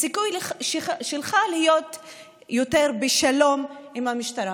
הסיכוי שלך להיות יותר בשלום עם המשטרה.